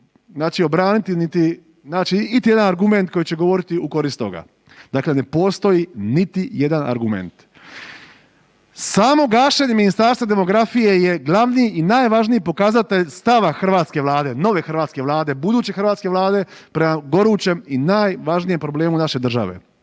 znači obraniti niti znači iti jedan argument koji će govoriti u korist toga. Dakle ne postoji niti jedan argument. Samo gašenje Ministarstva demografije je glavni i najvažniji pokazatelj stava hrvatske Vlade, nove hrvatske Vlade, buduće hrvatske Vlade prema gorućem i najvažnijem problemu naše države.